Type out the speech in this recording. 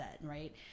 right